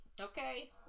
okay